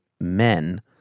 men